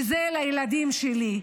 וזה לילדים שלי,